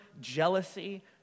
jealousy